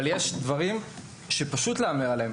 אבל יש דברים שפשוט להמר עליהם.